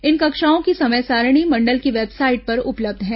इन कक्षाओं की समय सारिणी मंडल की वेबसाइट पर उपलब्ध है